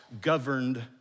governed